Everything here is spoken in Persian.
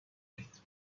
دارید